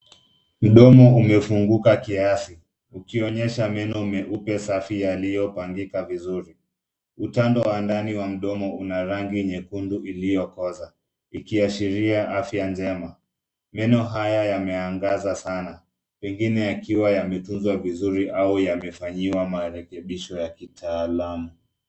Mdomo umefunguka kiasi ukionyesha meno meupe safi yaliyopangika vizuri. Utando wa ndani wa mdomo una rangi nyekundu iliyokoza ikiashiria afya njema. Meno haya yameangaza sana pengine yakiwa yametunzwa vizuri au yamefanyiwa marekebisho ya kitaalamu.